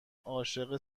عاشق